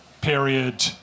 period